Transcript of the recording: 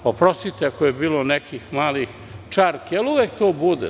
Oprostite ako je bilo nekih malih čarki, ali toga uvek bude.